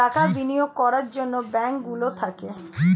টাকা বিনিয়োগ করার জন্যে ব্যাঙ্ক গুলো থাকে